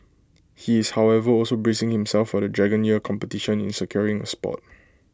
he is however also bracing himself for the dragon year competition in securing A spot